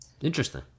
Interesting